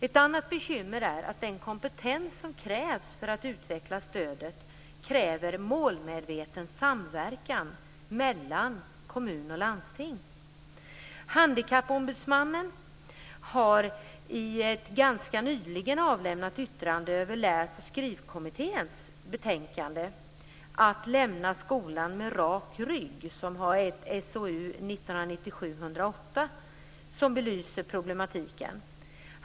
Ett annat bekymmer är att den kompetens som krävs för att utveckla stödet kräver målmedveten samverkan mellan kommuner och landsting. Handikappombudsmannen har i ett ganska nyligen avlämnat yttrande över Läs och skrivkommitténs betänkande belyst problematiken.